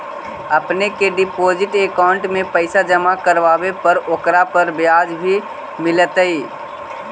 अपने के deposit account में पैसे जमा करवावे पर ओकरा पर ब्याज भी मिलतई